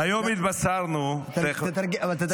היום התבשרנו --- אבל תתרגם לנו.